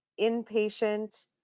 inpatient